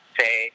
say